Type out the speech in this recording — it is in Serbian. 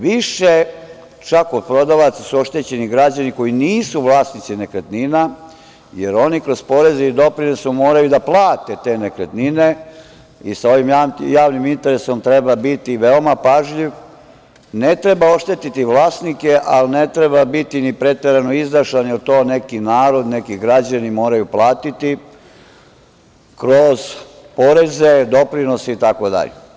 Više čak od prodavaca su oštećeni građani koji nisu vlasnici nekretnina, jer oni kroz poreze i doprinose moraju da plate te nekretnine i sa ovim javnim interesom treba biti veoma pažljiv, ne treba oštetiti vlasnike, ali ne treba biti ni preterano izdašan, jer to neki narod, neki građani moraju platiti kroz poreze, doprinose itd.